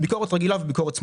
ביקורת רגילה וביקורת סמויה.